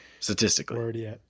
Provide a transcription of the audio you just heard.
Statistically